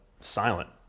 silent